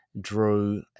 Drew